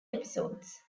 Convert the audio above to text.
episodes